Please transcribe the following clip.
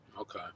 Okay